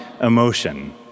emotion